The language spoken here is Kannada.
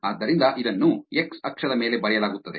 ಆದ್ದರಿಂದ ಇದನ್ನು ಎಕ್ಸ್ ಅಕ್ಷದ ಮೇಲೆ ಬರೆಯಲಾಗುತ್ತದೆ